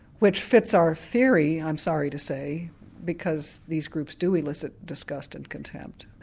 which fits our theory, i'm sorry to say because these groups do elicit disgust and contempt.